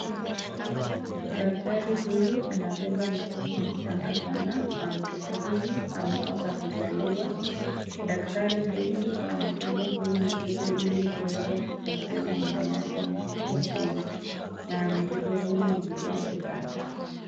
Daktari huyu anabeba mtoto mchanga sana na mtoto huyu ametoka kuzaliwa. Daktari huyu amebeba huyu mtoto ili kuweza kupatia mama yake mtoto huyu na mtoto huyu ni mdogo sana.